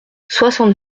soixante